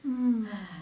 um